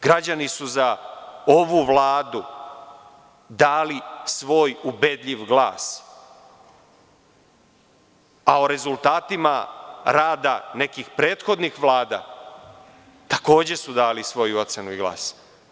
Građani su za ovu Vladu dali svoj ubedljiv glas, a o rezultatima rada nekih prethodnih vlada takođe su dali svoju ocenu i glas.